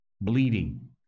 bleeding